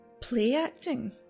play-acting